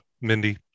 mindy